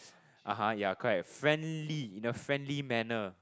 (uh huh) ya correct friendly in a friendly manner